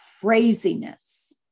craziness